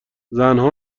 زنها